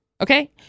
Okay